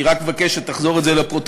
אני רק מבקש שתחזור על זה לפרוטוקול,